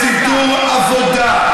בסידור עבודה,